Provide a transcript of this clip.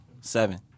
seven